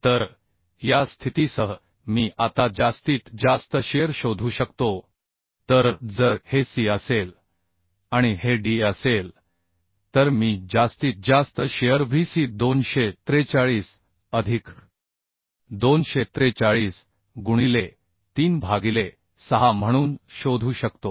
तर या स्थितीसह मी आता जास्तीत जास्त शिअर शोधू शकतो तर जर हे c असेल आणि हे d असेल तर मी जास्तीत जास्त शिअर Vc 243 अधिक 243 गुणिले 3 भागिले 6 म्हणून शोधू शकतो